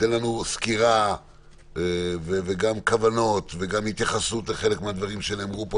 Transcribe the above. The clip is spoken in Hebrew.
שתיתן לנו סקירה וגם כוונות וגם התייחסות לחלק מהדברים שנאמרו פה,